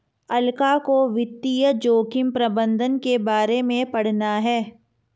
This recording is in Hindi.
अलका को वित्तीय जोखिम प्रबंधन के बारे में पढ़ना है